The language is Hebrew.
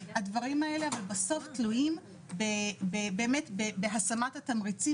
אבל הדברים האלה בסוף תלויים בהשמת התמריצים